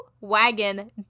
wagon